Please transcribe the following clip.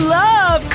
love